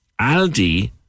Aldi